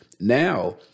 Now